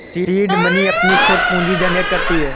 seed money अपनी खुद पूंजी जनरेट करती है